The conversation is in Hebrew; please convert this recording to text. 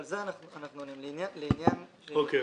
הוא בא אלי אחרי שהוא איבד את אותה